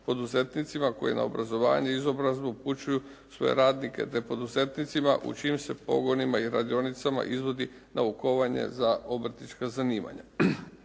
poduzetnicima koji na obrazovanje i izobrazbu upućuju svoje radnike, te poduzetnicima u čijim se pogonima i radionicama izvodi naukovanje za obrtnička zanimanja.